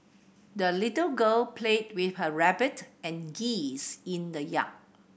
the little girl played with her rabbit and geese in the yard